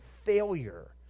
failure